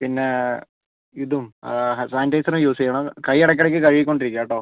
പിന്നേ ഇതും സാനിറ്റൈസറും യൂസ് ചെയ്യണം കൈ ഇടക്കിടയ്ക്ക് കഴുകിക്കൊണ്ടിരിക്കുക കേട്ടൊ